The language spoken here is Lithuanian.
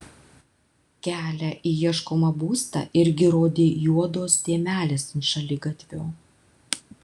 kelią į ieškomą būstą irgi rodė juodos dėmelės ant šaligatvio